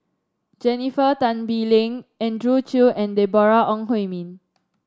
Jennifer Tan Bee Leng Andrew Chew and Deborah Ong Hui Min